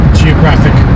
geographic